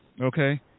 okay